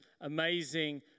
amazing